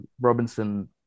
Robinson